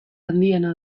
handiena